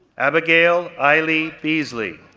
abigail eileen beasley,